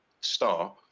star